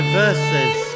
verses